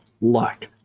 luck